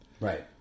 Right